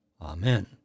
Amen